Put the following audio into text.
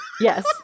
Yes